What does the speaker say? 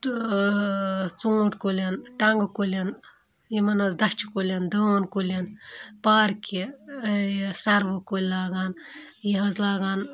تہٕ ژوٗنٛٹھۍ کُلٮ۪ن ٹنٛگہٕ کُلٮ۪ن یِمَن حظ دَچھِ کُلٮ۪ن دٲن کُلٮ۪ن پارکہِ یہِ سَروٕ کُلۍ لاگان یہِ حظ لاگان